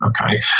okay